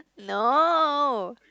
no